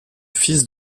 fils